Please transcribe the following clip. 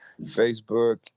Facebook